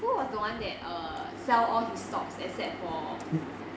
who was the one that err sell all his stocks except for